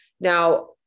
now